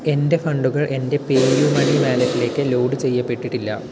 എൻ്റെ ഫണ്ടുകൾ എൻ്റെ പേ യു മണി വാലെറ്റിലേക്ക് ലോഡ് ചെയ്യപ്പെട്ടിട്ടില്ല